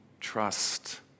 trust